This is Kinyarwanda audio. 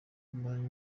bamaranye